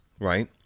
right